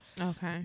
Okay